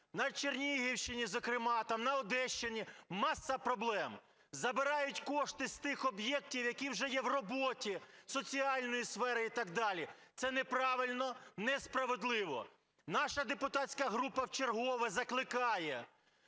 на Чернігівщині, зокрема там, на Одещині маса проблем. Забирають кошти з тих об'єктів, які вже є в роботі, соціальної сфери і так далі. Це неправильно, несправедливо. Наша депутатська група вчергове закликає